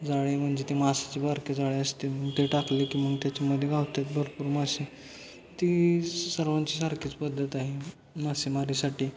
जाळे म्हणजे ते माशाची बारके जाळे असते मग ते टाकले की मग त्याच्यामध्ये गावतात भरपूर मासे ती स सर्वांची सारखीच पद्धत आहे मासेमारीसाठी